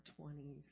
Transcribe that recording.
20s